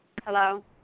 Hello